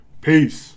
Peace